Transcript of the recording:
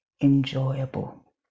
enjoyable